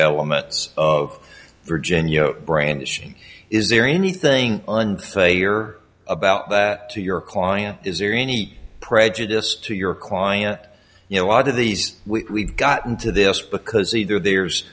elements of virginia brandishing is there anything and they are about that to your client is there any prejudice to your client you know a lot of these we got into this because either there's